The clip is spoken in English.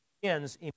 begins